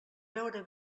beure